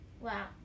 Wow